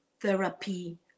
therapy